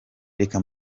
reka